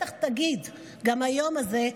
ובטח תגיד גם ביום הזה,